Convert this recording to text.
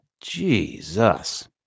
Jesus